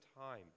time